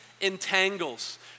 entangles